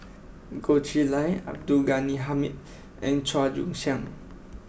Goh Chiew Lye Abdul Ghani Hamid and Chua Joon Siang